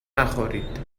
نخورید